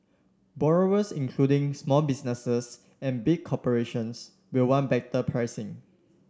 borrowers including small businesses and big corporations will want better pricing